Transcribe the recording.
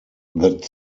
that